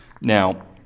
now